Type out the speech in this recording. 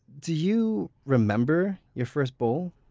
do you remember your first bowl?